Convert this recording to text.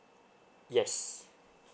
yes